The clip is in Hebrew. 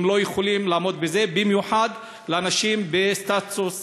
לא יכולים לעמוד בזה, במיוחד אנשים בסטטוס